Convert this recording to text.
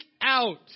out